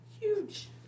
Huge